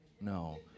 No